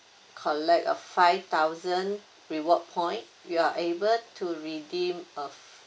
collect a five thousand reward point you are able to redeem a